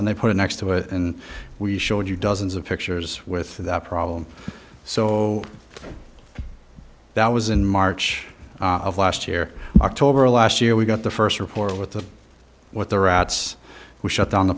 and they put it next to it and we showed you dozens of pictures with that problem so that was in march of last year october last year we got the first report with the with the rats we shut down the